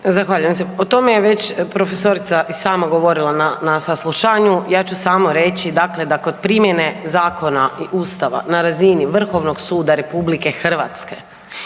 Zahvaljujem se. To mi je već profesorica i sama govorila na saslušanju. Ja ću samo reći, dakle da kod primjene Zakona i Ustava na razini Vrhovnog suda Republike Hrvatske,